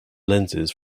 lenses